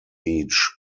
each